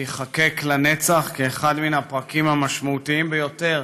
שייחקק לנצח כאחד מן הפרקים המשמעותיים ביותר